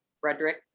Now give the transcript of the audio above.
Frederick